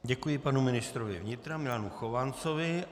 Děkuji panu ministrovi vnitra Milanu Chovancovi.